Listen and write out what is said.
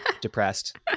depressed